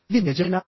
ఇది మీ యజమానినా